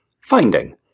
finding